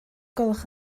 gwelwch